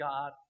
God